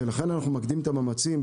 ולכן אנחנו ממקדים את המאמצים,